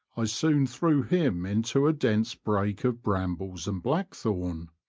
i soon threw him into a dense brake of brambles and blackthorn.